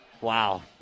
Wow